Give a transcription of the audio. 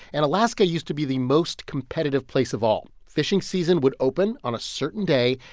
and alaska used to be the most competitive place of all. fishing season would open on a certain day,